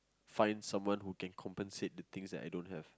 find someone who can compensate the things that I don't have